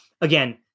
again